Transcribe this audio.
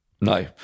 No